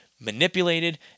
manipulated